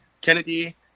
Kennedy